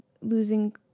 losing